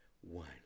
one